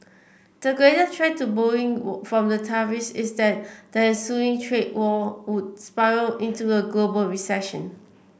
the greater threat to Boeing from the tariffs is that that the ensuing trade war would spiral into a global recession